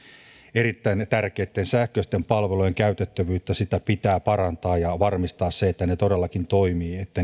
erittäin tärkeitten sähköisten palveluiden käytettävyyttä pitää parantaa ja varmistaa se että ne todellakin